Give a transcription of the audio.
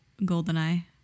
Goldeneye